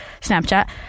Snapchat